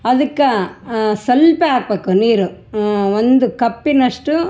ಅದಕ್ಕೆ ಸ್ವಲ್ಪ ಹಾಕ್ಬೇಕು ನೀರು ಒಂದು ಕಪ್ಪಿನಷ್ಟು